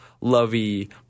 lovey